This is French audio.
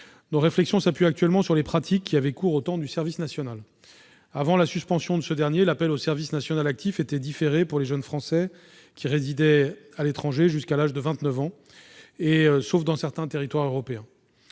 Nos réflexions s'appuient actuellement sur les pratiques qui avaient cours au temps du service national. Avant sa suspension, l'appel au service national actif était différé pour les jeunes Français résidant à l'étranger jusqu'à l'âge de 29 ans, sauf dans certains territoires européens.